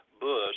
Bush